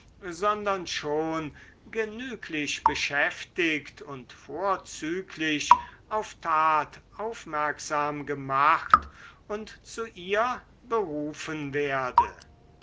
sondern schon genüglich beschäftigt und vorzüglich auf tat aufmerksam gemacht und zu ihr berufen werde